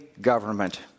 government